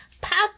pack